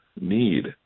need